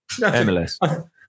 MLS